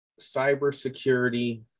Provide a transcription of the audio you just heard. cybersecurity